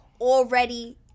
already